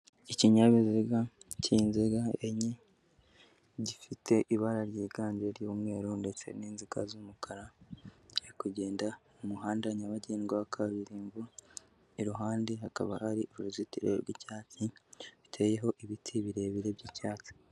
Ikinyabiziga cy'inziga enye, gifite ibara ryiganje ry'umweru ndetse n'inziga z'umukara, kiri kugenda mu muhanda nyabagendwa wa kaburimbo, iruhande hakaba hari uruzitiro rw'icyatsi, ruteyeho ibiti birebire by'icyatsi.